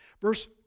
Verse